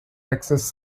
texas